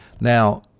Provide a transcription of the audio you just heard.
Now